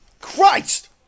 Christ